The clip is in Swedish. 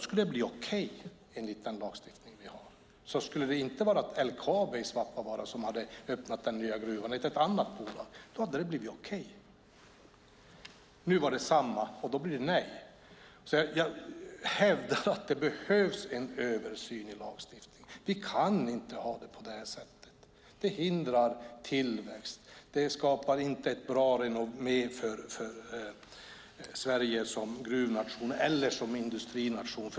Hade det inte varit LKAB som öppnat den nya gruvan i Svappavaara utan ett annat bolag hade det blivit okej. Nu var det samma, och då blir det nej. Jag hävdar att det behövs en översyn av lagstiftningen. Vi kan inte ha det på detta sätt. Det hindrar tillväxt och skapar inte ett bra renommé för Sverige som gruvnation och industrination.